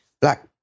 black